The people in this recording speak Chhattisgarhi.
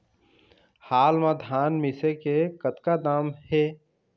हाल मा धान मिसे के कतका दाम हे?